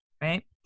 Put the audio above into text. right